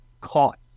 caught